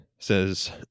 says